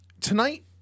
tonight